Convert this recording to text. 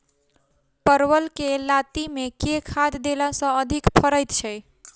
परवल केँ लाती मे केँ खाद्य देला सँ अधिक फरैत छै?